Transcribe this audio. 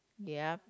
yeap